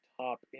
top